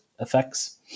effects